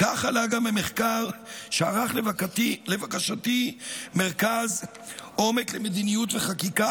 כך עלה גם ממחקר שערך לבקשתי מרכז עומק למדיניות וחקיקה